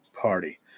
party